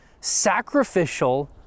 sacrificial